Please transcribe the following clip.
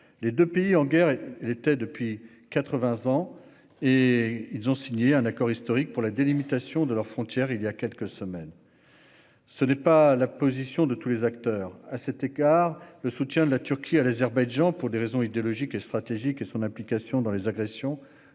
les deux pays, en guerre depuis quatre-vingts ans, ont récemment signé un accord historique sur la délimitation de leurs frontières. Ce n'est pas la position de tous les acteurs. À cet égard, le soutien de la Turquie à l'Azerbaïdjan, pour des raisons idéologiques et stratégiques, et son implication dans les agressions